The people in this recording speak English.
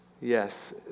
Yes